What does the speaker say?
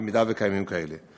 במידה שקיימים כאלה.